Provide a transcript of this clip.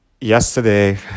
yesterday